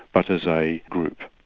but as a group.